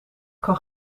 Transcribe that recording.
kan